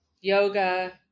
Yoga